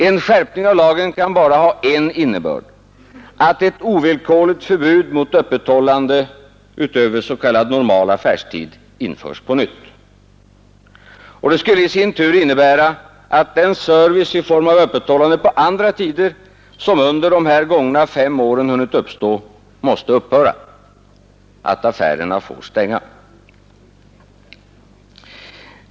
En skärpning av lagen kan bara ha en innebörd, att ett ovillkorligt förbud mot öppethållande utöver s.k. normal affärstid införs på nytt. Och det skulle i sin tur innebära att den service i form av öppethållande på andra tider, som under de här gångna fem åren hunnit uppstå, måste upphöra, att affärerna får stänga.